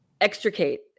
extricate